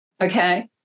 Okay